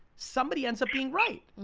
somebody ends up being right.